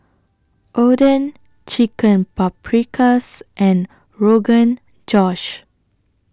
Oden Chicken Paprikas and Rogan Josh